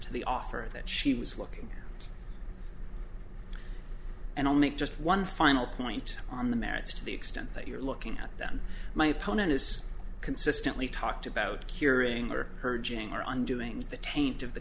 to the offer that she was looking and i'll make just one final point on the merits to the extent that you're looking at them my opponent has consistently talked about curing or purging or undoing the taint of the